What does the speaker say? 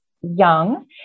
young